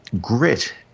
grit